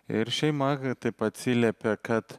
ir šeima taip atsiliepė kad